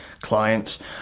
clients